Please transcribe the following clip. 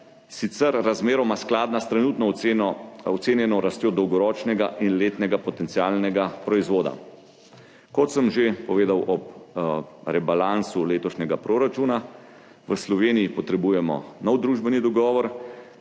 sicer razmeroma skladna s trenutno ocenjeno rastjo dolgoročnega in letnega potencialnega proizvoda. Kot sem že povedal ob rebalansu letošnjega proračuna, v Sloveniji potrebujemo nov družbeni dogovor,